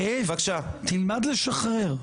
אלה התכליות של כל המהלכים שלכם,